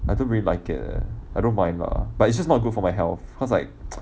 I don't really like it eh I don't mind lah but it's just not good for my health cause like